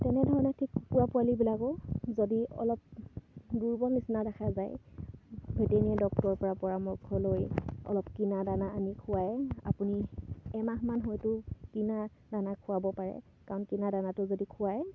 তেনেধৰণে ঠিক কুকুৰা পোৱালিবিলাকো যদি অলপ দুৰ্বল নিচিনা দেখা যায় ভেটেনেৰি ডক্তৰৰ পৰামৰ্শ লৈ অলপ কিনা দানা আনি খুৱায় আপুনি এমাহমান হয়তো কিনা দানা খুৱাব পাৰে কাৰণ কিনা দানাটো যদি খুৱায়